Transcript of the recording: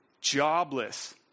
jobless